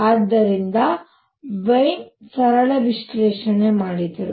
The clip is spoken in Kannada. ಆದ್ದರಿಂದ ವೀನ್ ಸರಳ ವಿಶ್ಲೇಷಣೆ ಮಾಡಿದರು